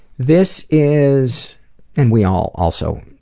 this is and we all also,